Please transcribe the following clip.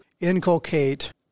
inculcate